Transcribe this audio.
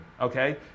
okay